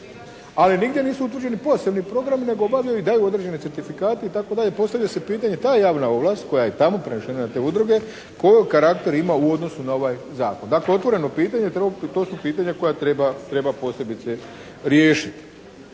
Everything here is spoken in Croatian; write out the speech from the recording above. Ali nigdje nisu utvrđeni posebni programi nego obavljaju i daju određene certifikate itd. Postavlja se pitanje, ta javna ovlast koja je tamo prešla na te udruge koji karakter ima u odnosu na ovaj zakon. Dakle otvoreno pitanje, to su pitanja koja treba posebice riješiti.